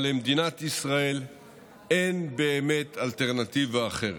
אבל למדינת ישראל אין באמת אלטרנטיבה אחרת.